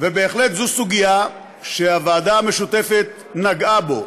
ובהחלט זו סוגיה שהוועדה המשותפת נגעה בו.